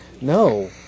No